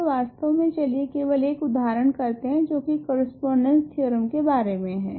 तो वास्तव मे चलिए केवल एक उदाहरण करते है जो की करस्पोंडेंस थेओरेम के बारे मे हो